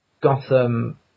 Gotham